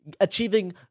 achieving